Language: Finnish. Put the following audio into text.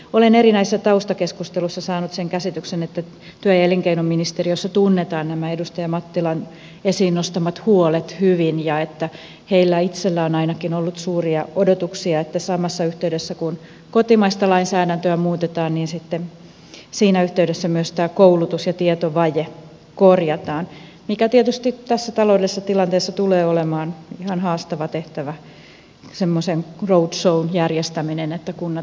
olen erinäisissä taustakeskusteluissa saanut sen käsityksen että työ ja elinkeinoministeriössä tunnetaan nämä edustaja mattilan esiin nostamat huolet hyvin ja että heillä itsellään on ainakin ollut suuria odotuksia siitä että samassa yhteydessä kun kotimaista lainsäädäntöä muutetaan myös tämä koulutus ja tietovaje korjataan mikä tietysti tässä taloudellisessa tilanteessa tulee olemaan ihan haastava tehtävä semmoisen roadshown järjestäminen että kunnat oikeasti koulutetaan